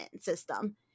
system